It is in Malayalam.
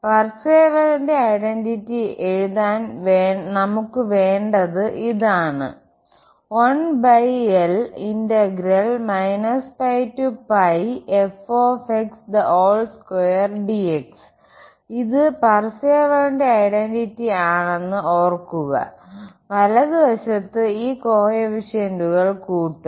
പാർസേവലിന്റെ ഐഡന്റിറ്റി എഴുതാൻ നമുക്ക് വേണ്ടത് ഇതാണ് ഇത് പാർസേവലിന്റെ ഐഡന്റിറ്റി ആണെന്ന് ഓർക്കുക വലതുവശത്ത് ഈ കോഎഫിഷ്യന്റുകൾ കൂട്ടും